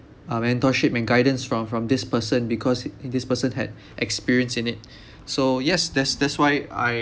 uh mentorship and guidance from from this person because this person had experience in it so yes that's that's why I